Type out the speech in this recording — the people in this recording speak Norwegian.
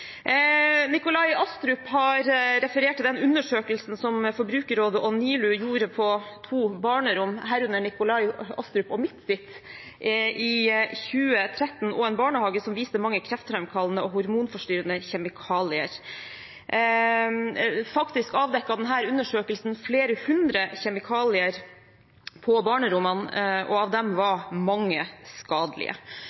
Nikolai Astrup refererte til undersøkelsen som Forbrukerrådet og NILU gjorde på to barnerom – på Nikolai Astrups og på mitt – og i en barnehage i 2013. Den påviste mange kreftframkallende og hormonforstyrrende kjemikalier. Faktisk avdekket denne undersøkelsen flere hundre kjemikalier på barnerommene, og av dem var mange skadelige.